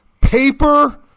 paper